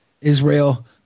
Israel